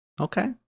okay